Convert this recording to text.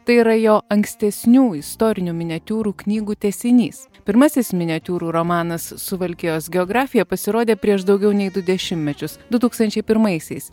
tai yra jo ankstesnių istorinių miniatiūrų knygų tęsinys pirmasis miniatiūrų romanas suvalkijos geografija pasirodė prieš daugiau nei du dešimtmečius du tūkstančiai pirmaisiais